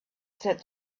said